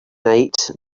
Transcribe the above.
night